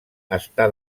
està